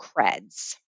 creds